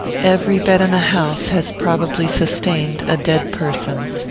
every bed in the house has probably sustained a dead person.